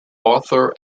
author